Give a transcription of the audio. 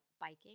biking